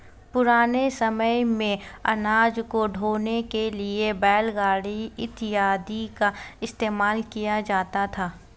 पुराने समय मेंअनाज को ढोने के लिए बैलगाड़ी इत्यादि का इस्तेमाल किया जाता था